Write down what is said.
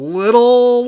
little